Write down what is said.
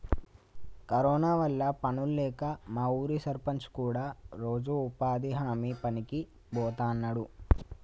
corona వల్ల పనుల్లేక మా ఊరి సర్పంచ్ కూడా రోజూ ఉపాధి హామీ పనికి బోతన్నాడు